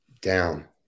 down